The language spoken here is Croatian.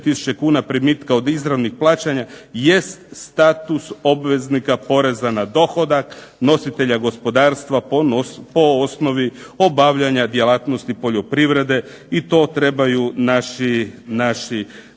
primitka od izravnih plaćanja jest status obveznika poreza na dohodak, nositelja gospodarstva po osnovi obavljanja djelatnosti poljoprivrede. i to trebaju naši